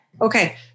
Okay